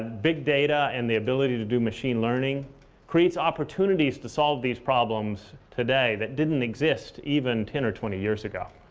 big data and the ability to do machine learning creates opportunities to solve these problems today that didn't exist even ten or twenty years ago.